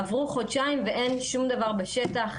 עברו חודשיים ואין שום דבר בשטח,